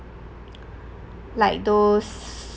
like those